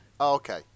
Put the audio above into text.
Okay